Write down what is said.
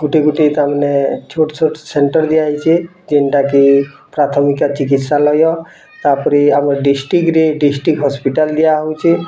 ଗୋଟେ ଗୋଟେ ତାମାନେ ଛୋଟ୍ ଛୋଟ୍ ସେଣ୍ଟର୍ ଦିଆ ହୋଇଯାଇଛି ଯେନ୍ତା କି ପ୍ରାଥମିକ ଚିକିତ୍ସାଲୟ ତାପରେ ଆମ ଡ଼ିଷ୍ଟ୍ରିକ୍ଟରେ ଡ଼ିଷ୍ଟ୍ରିକ୍ଟ ହସ୍ପିଟାଲ୍ ଦିଆ ହେଉଛି